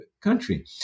country